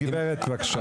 הגברת, בבקשה.